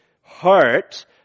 heart